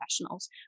professionals